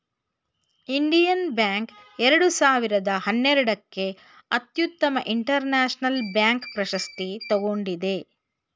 Indian bank ಎರಡು ಸಾವಿರದ ಹನ್ನೆರಡಕ್ಕೆ ಅತ್ಯುತ್ತಮ ಇಂಟರ್ನ್ಯಾಷನಲ್ ಬ್ಯಾಂಕ್ ಪ್ರಶಸ್ತಿ ತಗೊಂಡಿದೆ